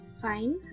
Fine